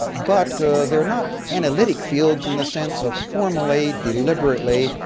but they're not analytic fields in the sense of formally, deliberately,